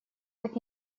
так